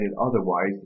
otherwise